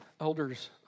elders